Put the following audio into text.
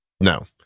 no